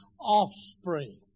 offspring